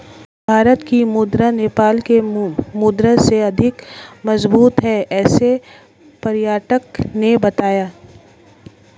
भारत की मुद्रा नेपाल के मुद्रा से अधिक मजबूत है ऐसा पर्यटक ने बताया